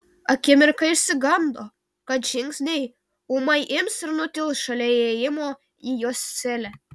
akimirką išsigando kad žingsniai ūmai ims ir nutils šalia įėjimo į jos celę